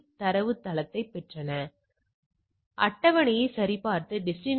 எனவே வெளிப்படையாக p மதிப்பு 0